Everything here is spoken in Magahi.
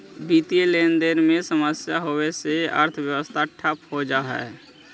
वित्तीय लेनदेन में समस्या होवे से अर्थव्यवस्था ठप हो जा हई